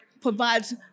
provides